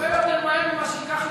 הרבה יותר מהר ממה שייקח לכם,